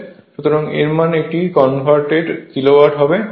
সুতরাং এর মানে এটি কনভার্টেড কিলোওয়াট হবে